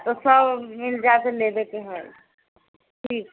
सब मिल जाइत तऽ लेबयके है ठीक